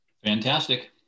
Fantastic